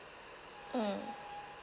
mm